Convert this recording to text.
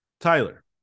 tyler